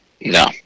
No